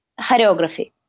choreography